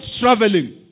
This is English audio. traveling